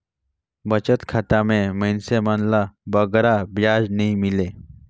बचत खाता में मइनसे मन ल बगरा बियाज नी मिले